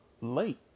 late